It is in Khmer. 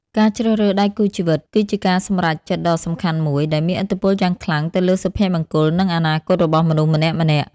ការជ្រើសរើសដៃគូជីវិត គឺជាការសម្រេចចិត្តដ៏សំខាន់មួយ ដែលមានឥទ្ធិពលយ៉ាងខ្លាំងទៅលើសុភមង្គល និងអនាគតរបស់មនុស្សម្នាក់ៗ។